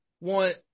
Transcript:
want